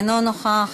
אינו נוכח,